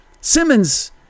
simmons